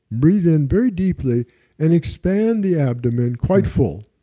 breathe in very deeply and expand the abdomen quite full.